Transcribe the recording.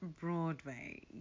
Broadway